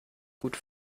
gut